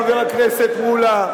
חבר הכנסת מולה?